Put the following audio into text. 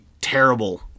terrible